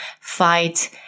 fight